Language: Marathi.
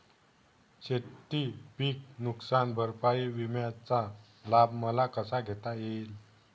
शेतीपीक नुकसान भरपाई विम्याचा लाभ मला कसा घेता येईल?